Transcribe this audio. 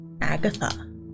Agatha